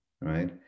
right